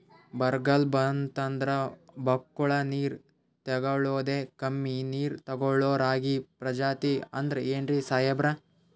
ಬರ್ಗಾಲ್ ಬಂತಂದ್ರ ಬಕ್ಕುಳ ನೀರ್ ತೆಗಳೋದೆ, ಕಮ್ಮಿ ನೀರ್ ತೆಗಳೋ ರಾಗಿ ಪ್ರಜಾತಿ ಆದ್ ಏನ್ರಿ ಸಾಹೇಬ್ರ?